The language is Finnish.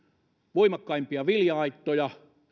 voimakkaimpia vilja aittoja